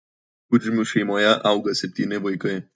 pudžmių šeimoje auga septyni vaikai